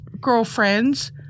girlfriend's